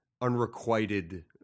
unrequited